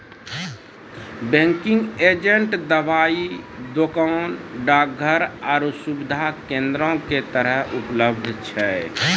banking agent दबाइ दोकान, डाकघर आरु सुविधा केन्द्रो के तरह उपलब्ध छै